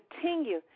continue